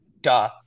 duh